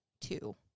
two